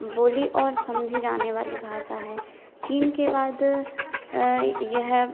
बोली और समझी जाने वाली भाषा है चीन के बाद यह